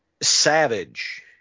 Savage